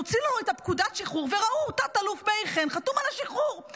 הוציאו את פקודת השחרור וראו שתת-אלוף מאיר חן חתום על השחרור.